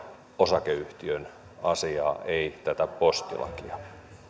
osakeyhtiön asiaa ei tätä postilakia